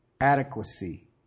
adequacy